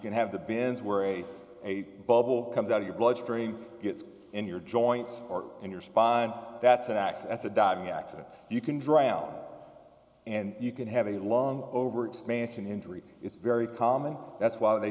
can have the bends where a a bubble comes out of your bloodstream gets in your joints or in your spine that's acts as a diving accident you can drown and you can have a long overexpansion injury it's very common that's why they